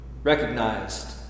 recognized